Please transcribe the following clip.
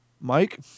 Mike